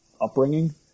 upbringing